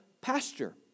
pasture